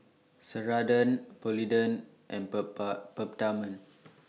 Ceradan Polident and Peptamen